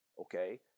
okay